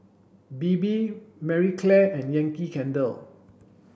Bebe Marie Claire and Yankee Candle